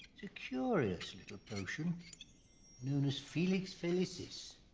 a curious little potion known as felix felicis.